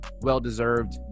Well-deserved